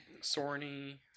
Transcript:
Sorny